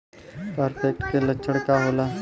फारेस्ट के लक्षण का होला?